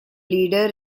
leader